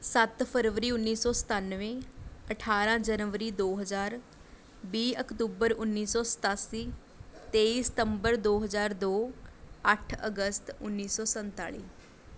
ਸੱਤ ਫਰਵਰੀ ਉੱਨੀ ਸੌ ਸਤਾਨਵੇਂ ਅਠਾਰਾਂ ਜਨਵਰੀ ਦੋ ਹਜ਼ਾਰ ਵੀਹ ਅਕਤੂਬਰ ਉੱਨੀ ਸੌ ਸਤਾਸੀ ਤੇਈ ਸਤੰਬਰ ਦੋ ਹਜ਼ਾਰ ਦੋ ਅੱਠ ਅਗਸਤ ਉੱਨੀ ਸੌ ਸੰਤਾਲੀ